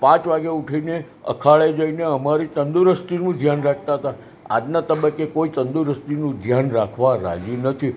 પાંચ વાગે ઊઠી ને અખાડે જઈ ને અમારી તંદુરસ્તીનું ધ્યાન રાખતાં હતાં આજનાં તબક્કે કોઈ તંદુરસ્તીનું ધ્યાન રાખવાં રાજી નથી